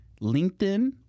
LinkedIn